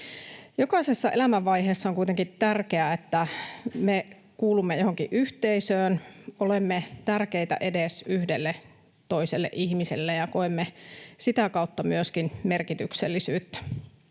Jokaisessa elämänvaiheessa on kuitenkin tärkeää, että me kuulumme johonkin yhteisöön, olemme tärkeitä edes yhdelle toiselle ihmiselle ja koemme sitä kautta myöskin merkityksellisyyttä.